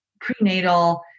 prenatal